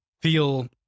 feel